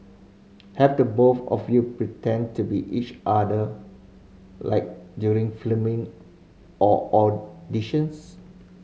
have the both of you pretended to be each other like during filming or auditions